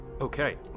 Okay